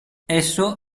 esso